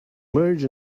merge